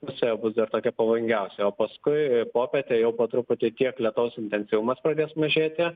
pusė bus dar tokia pavojingiausia o paskui popietę jau po truputį kiek lietaus intensyvumas pradės mažėti